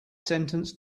sentence